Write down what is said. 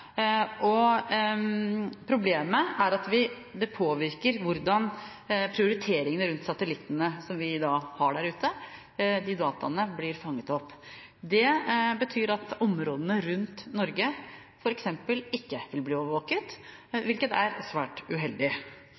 Problemet er at det påvirker hvordan prioriteringene av dataene rundt satellittene som vi har der ute, blir fanget opp. Det betyr at områdene rundt Norge f.eks. ikke vil bli overvåket, hvilket er svært uheldig.